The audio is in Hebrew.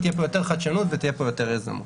תהיה פה יותר חדשנות ותהיה פה יותר יזמות.